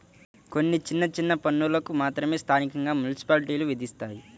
కొన్ని చిన్న చిన్న పన్నులను మాత్రమే స్థానికంగా మున్సిపాలిటీలు విధిస్తాయి